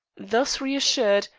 thus reassured,